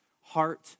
heart